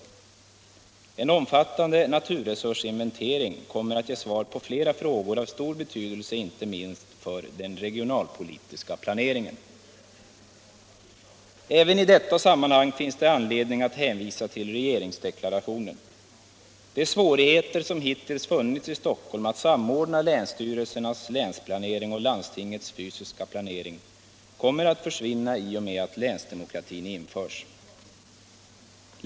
En omfattande naturresursinventering kommer att ge svar på flera frågor av stor betydelse inte minst för den regionalpolitiska planeringen. Även i detta sammanhang finns det anledning att hänvisa till regeringsdeklarationen. De svårigheter som hittills funnits i Stockholm att samordna länsstyrelsens länsplanering och landstingets fysiska planering kommer att 165 försvinna i och med att länsdemokratin införs.